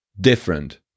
different